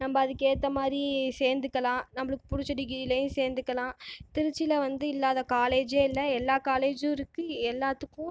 நம்ம அதுக்கேற்ற மாதிரி சேந்துக்கலாம் நம்மளுக்கு பிடிச்ச டிகிரிலேயும் சேர்ந்துக்கலாம் திருச்சியில் வந்து இல்லாத காலேஜே இல்லை எல்லாம் காலேஜுருக்கு எல்லாத்துக்கும்